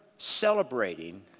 celebrating